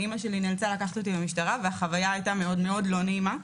אימא שלי נאלצה לקחת אותי למשטרה והחוויה היתה מאוד-מאוד לא נעימה.